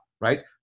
right